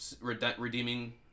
redeeming